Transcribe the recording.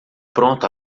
pronto